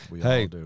Hey